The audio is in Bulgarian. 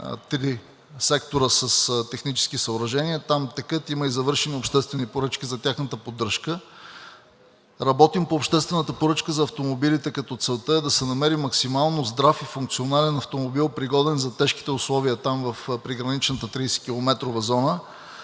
три сектора с технически съоръжения. Там текат, има и завършени обществени поръчки за тяхната поддръжка. Работим по обществената поръчка за автомобилите, като целта е да се намери максимално здрав и функционален автомобил, пригоден за тежките условия там, при граничната 30-километрова зона.